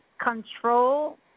control